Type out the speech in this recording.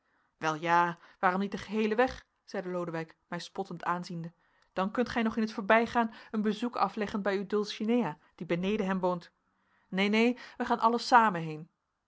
wel ja waarom niet den geheelen weg zeide lodewijk mij spottend aanziende dan kunt gij nog in t voorbijgaan een bezoek afleggen bij uw dulcinea die beneden hem woont neen neen wij gaan allen samen heen